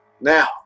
Now